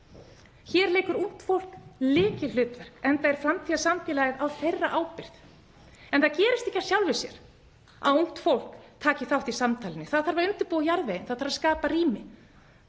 Hér leikur ungt fólk lykilhlutverk enda er framtíðarsamfélagið á ábyrgð þess. En það gerist ekki af sjálfu sér að ungt fólk taki þátt í samtalinu. Það þarf að undirbúa jarðveginn, það þarf að skapa rými,